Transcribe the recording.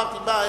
אמרתי: מה,